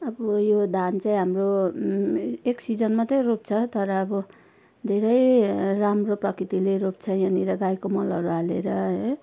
अब यो धान चाहिँ हाम्रो एक सिजन मात्रै रोप्छ तर अब धेरै राम्रो प्रकृतिले रोप्छ यहाँनिर गाईको मलहरू हालेर है